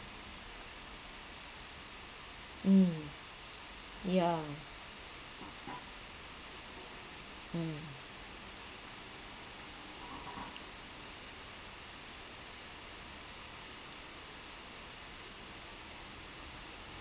mm yeah mm